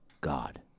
God